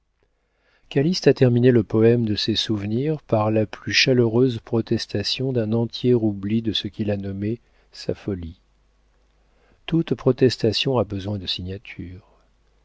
calyste a terminé le poëme de ses souvenirs par la plus chaleureuse protestation d'un entier oubli de ce qu'il a nommé sa folie toute protestation a besoin de signature